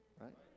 right